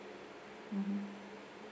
mmhmm